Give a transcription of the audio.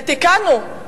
ותיקנו.